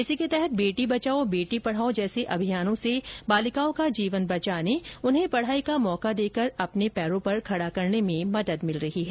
इसी के तहत बेटी बचाओ बेटी पढ़ाओ जैसे अभियानों से बालिकाओं का जीवन बचाने उन्हें पढ़ाई का मौका देकर अपने पैरों पर खड़ा करने में मदद मिल रही है